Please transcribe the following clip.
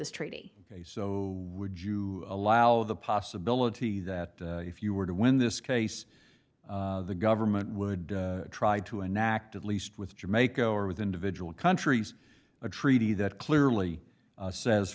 this treaty so would you allow the possibility that if you were to win this case the government would try to enact at least with jamaica or with individual countries a treaty that clearly says